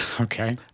Okay